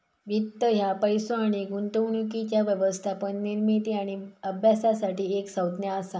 वित्त ह्या पैसो आणि गुंतवणुकीच्या व्यवस्थापन, निर्मिती आणि अभ्यासासाठी एक संज्ञा असा